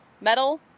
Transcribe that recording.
metal